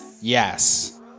Yes